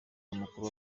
umukuru